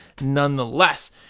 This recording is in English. nonetheless